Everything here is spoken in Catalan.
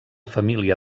família